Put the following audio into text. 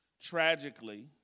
Tragically